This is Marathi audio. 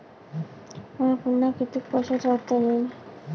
मले पुन्हा कितीक पैसे ठेवता येईन?